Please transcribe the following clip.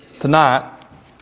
tonight